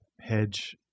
hedge